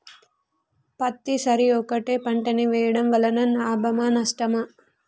పత్తి సరి ఒకటే పంట ని వేయడం వలన లాభమా నష్టమా?